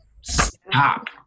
Stop